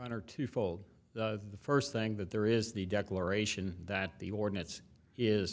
under two fold the first thing that there is the declaration that the ordinance is